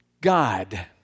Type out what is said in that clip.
God